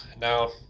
Now